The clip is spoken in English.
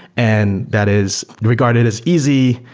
and that is regarded as easy.